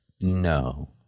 No